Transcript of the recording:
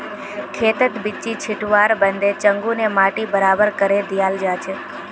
खेतत बिच्ची छिटवार बादे चंघू ने माटी बराबर करे दियाल जाछेक